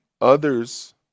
others